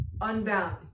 unbound